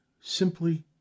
simply